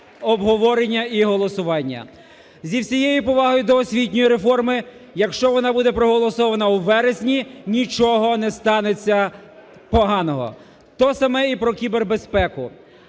Зі всією повагою до освітньої реформи, якщо вона буде проголосована у вересні, нічого не станеться поганого, те саме і кібербезпеку.